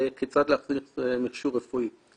כיום כבר המשרד ו-19 ארגונים אחרים מחוברים ל-SIEM,